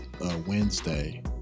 Wednesday